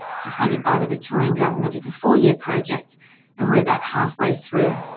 which is funded by the victorian government. it's a four-year project and we're about halfway through.